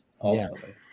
ultimately